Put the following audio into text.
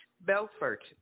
Belfort